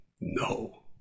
no